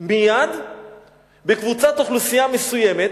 מייד בקבוצת אוכלוסייה מסוימת,